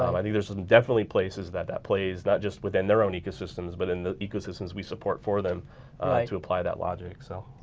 um i think there's definitely places that that plays not just within their own ecosystems but in the ecosystems we support for them to apply that logic so.